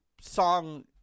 song